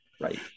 Right